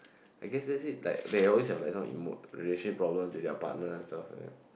I guess that's it like they always have some emote relationship problem with their partner and stuff like that